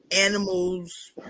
animals